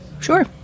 Sure